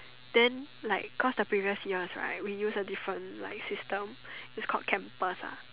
then like cause the previous years right we use a different like system is called campus ah